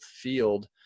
field